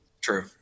True